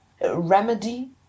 remedy